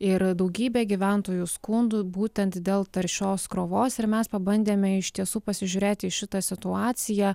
yra daugybė gyventojų skundų būtent dėl taršios krovos ir mes pabandėme iš tiesų pasižiūrėti į šitą situaciją